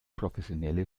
professionelle